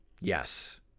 Yes